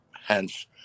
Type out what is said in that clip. hence